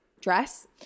Dress